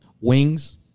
wings